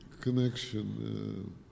connection